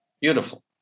Beautiful